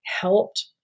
helped